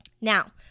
Now